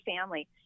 family